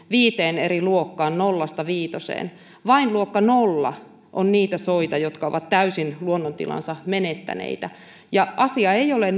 viiteen eri luokkaan nolla viiteen vain luokka nolla on niitä soita jotka ovat täysin luonnontilansa menettäneitä ja asia ei ole